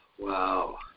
wow